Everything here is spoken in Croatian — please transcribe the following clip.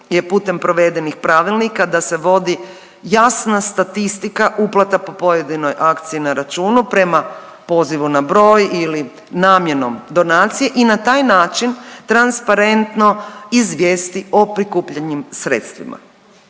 je putem provedenih pravilnika da se vodi jasna statistika uplata po pojedinoj akciji na računu prema pozivu na broj ili namjenom donacije i na taj način transparentno izvijesti o prikupljenim sredstvima.